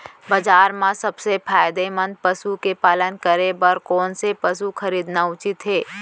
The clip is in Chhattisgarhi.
बजार म सबसे फायदामंद पसु के पालन करे बर कोन स पसु खरीदना उचित हे?